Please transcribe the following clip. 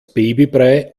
babybrei